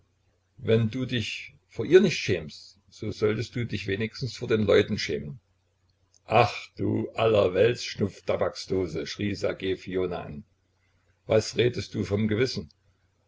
wenn du dich vor ihr nicht schämst so solltest du dich wenigstens vor den leuten schämen ach du allerwelts schnupftabaksdose schrie ssergej fiona an was redest du vom gewissen